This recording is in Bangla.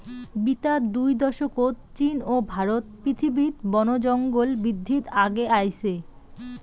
বিতা দুই দশকত চীন ও ভারত পৃথিবীত বনজঙ্গল বিদ্ধিত আগে আইচে